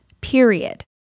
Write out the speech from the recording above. period